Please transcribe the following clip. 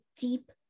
deep